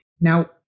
Now